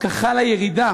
דווקא חלה ירידה